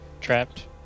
trapped